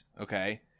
okay